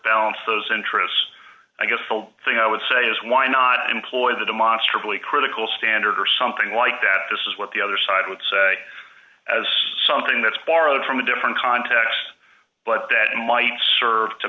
balance those interests i guess thing i would say is why not employ the demonstrably critical standard or something like that this is what the other side would say as something that's borrowed from a different context but that might serve to